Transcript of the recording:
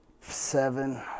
seven